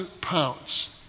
pounds